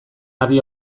adi